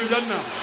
redundant